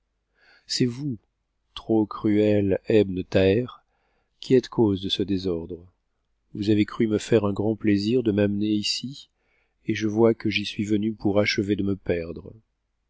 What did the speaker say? c'est vous trop cruel ebn thaher qui êtes cause de ce désordre vous avez cru me faire un grand plaisir de m'amener ici et je vois que j'y suis venu pour achever de me perdre